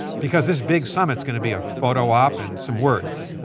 because this big summit's going to be a photo op and some words. i